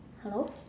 hello